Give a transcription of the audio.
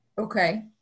Okay